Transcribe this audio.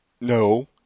No